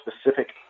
specific